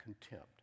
contempt